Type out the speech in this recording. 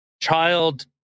child